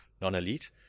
non-elite